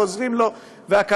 ועוזרים לו בהקלות,